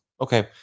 Okay